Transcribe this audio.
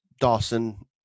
Dawson